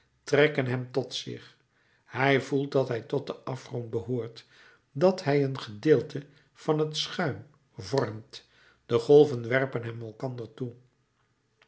trekken hem tot zich hij voelt dat hij tot den afgrond behoort dat hij een gedeelte van het schuim vormt de golven werpen hem elkander toe